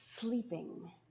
sleeping